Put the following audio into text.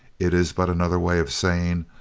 it is but another way of saying,